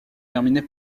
terminée